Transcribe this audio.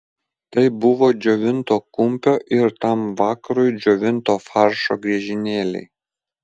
tai buvo džiovinto kumpio ir tam vakarui džiovinto faršo griežinėliai